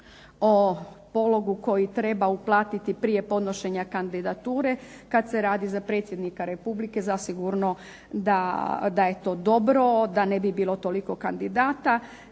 o pologu koji treba uplatiti prije podnošenja kandidature, kad se radi za predsjednika Republike zasigurno da je to dobro, da ne bi bilo toliko kandidata,